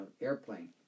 Airplane